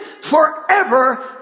forever